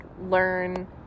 learn